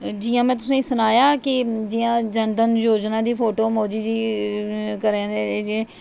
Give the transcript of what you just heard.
जियां में तुसेंगी सनाया की जियां जन धन योजनां दी फोटो घरें दे